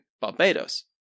Barbados